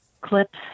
clip